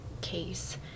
case